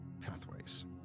pathways